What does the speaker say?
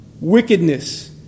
wickedness